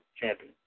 Champion